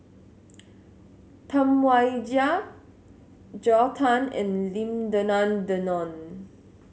Tam Wai Jia Joel Tan and Lim Denan Denon